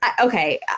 okay